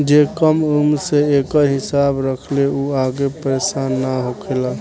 जे कम उम्र से एकर हिसाब रखेला उ आगे परेसान ना होखेला